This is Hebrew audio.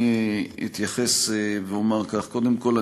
אני אתייחס ואומר כך: קודם כול,